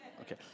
Okay